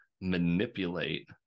manipulate